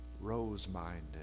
rose-minded